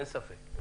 אין ספק.